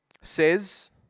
Says